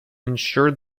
ensured